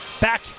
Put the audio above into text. back